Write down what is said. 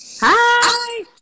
Hi